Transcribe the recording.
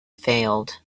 failed